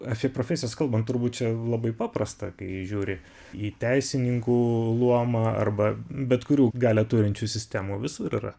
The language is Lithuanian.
apie profesijas kalbant turbūt čia labai paprasta kai žiūri į teisininkų luomą arba bet kurių galią turinčių sistemų visur yra